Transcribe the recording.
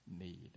need